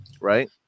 right